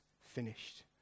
finished